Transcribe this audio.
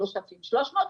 שלושת אלפים שלוש מאות,